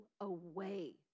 away